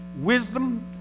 wisdom